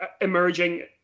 emerging